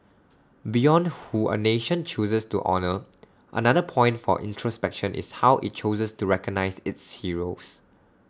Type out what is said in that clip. beyond who A nation chooses to honour another point for introspection is how IT chooses to recognise its heroes